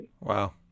Wow